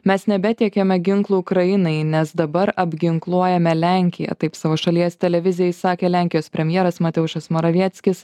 mes nebetiekiame ginklų ukrainai nes dabar apginkluojame lenkiją taip savo šalies televizijai sakė lenkijos premjeras mateušas moravieckis